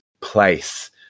place